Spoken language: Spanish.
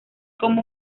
como